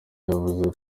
yavuze